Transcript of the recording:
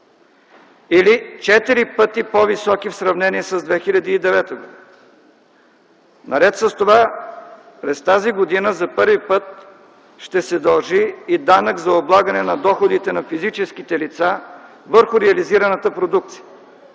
четири пъти повече в сравнение с 2009 г. Наред с това през тази година за първи път ще се дължи и данък за облагане на доходите на физическите лица върху реализираната продукция.